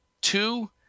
two